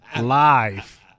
live